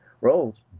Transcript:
roles